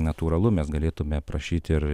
natūralu mes galėtume prašyti ir